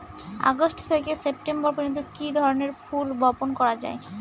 August থেকে September পর্যন্ত কি ধরনের ফুল বপন করা যায়?